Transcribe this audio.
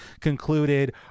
concluded